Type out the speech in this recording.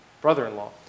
brother-in-law